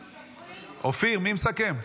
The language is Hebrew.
אופיר, מי מסכם?